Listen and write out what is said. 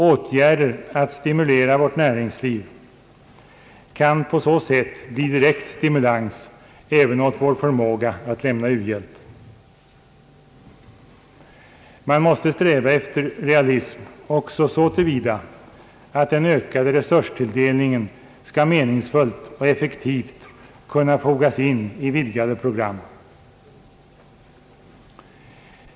Åtgärder för att främja vårt näringsliv kan på så sätt bli en direkt stimulans även åt vår förmåga att lämna u-hjälp. Man måste sträva efter realism även så till vida att den ökade resurstilldelningen skall meningsfullt och effektivt kunna fogas in i vidgade program.